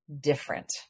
different